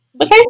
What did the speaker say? Okay